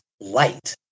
light